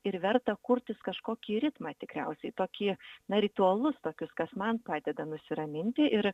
ir verta kurtis kažkokį ritmą tikriausiai tokį na ritualus tokius kas man padeda nusiraminti ir